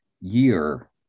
year